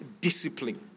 discipline